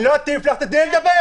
אני לא אטיף לך, תתני לי לדבר.